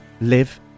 live